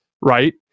right